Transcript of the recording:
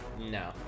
No